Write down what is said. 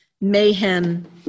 mayhem